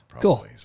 Cool